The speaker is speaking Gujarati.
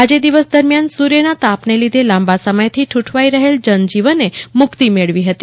આજે દિવસ દરમિયાન સૂર્યના તાપને કારણે લાંબા સમયથી કુંઠવાઈ રહેલ જન જીવને મુક્તિ મેળવી હતી